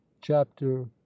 chapter